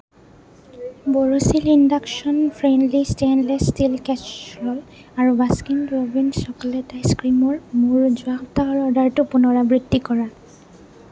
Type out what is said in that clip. Borosil induction friendly stainless steel casserole আৰু Baskin Robbins chocolate আইচক্ৰীমৰ মোৰ যোৱা সপ্তাহৰ অৰ্ডাৰটোৰ পুনৰাবৃত্তি কৰা